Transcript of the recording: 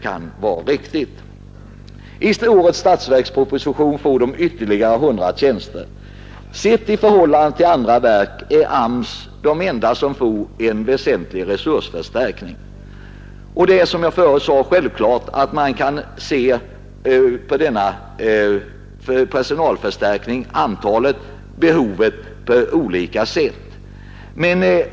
Enligt årets statsverksproposition får arbetsförmedlingarna ytterligare 100 tjänster. AMS är det enda verk som får en väsentlig resursförstärkning. Det är klart att man, som jag nyss sade, kan se på behovet av personalförstärkning på olika sätt.